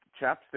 chapstick